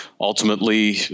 Ultimately